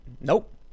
nope